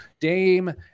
Dame